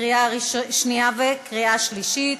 לקריאה שנייה ולקריאה שלישית.